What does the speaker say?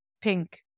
pink